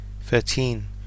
thirteen